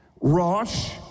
Rosh